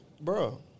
Bro